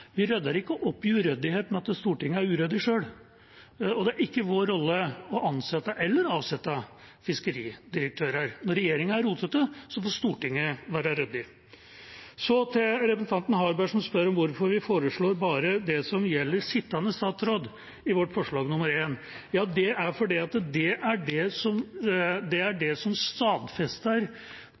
vi rydder ikke opp i uryddighet ved at Stortinget er uryddig selv. Det er ikke vår rolle å ansette eller avsette fiskeridirektører. Når regjeringa er rotete, så får Stortinget være ryddig. Så til representanten Harberg, som spør hvorfor vi foreslår bare det som gjelder sittende statsråder, i vårt forslag til vedtak I. Det er fordi det er det som stadfester for det første en enstemmig komitémerknad fra 1909, og for det